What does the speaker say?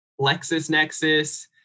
LexisNexis